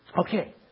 Okay